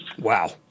Wow